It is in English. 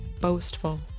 boastful